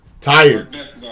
Tired